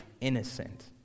innocent